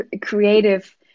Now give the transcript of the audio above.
creative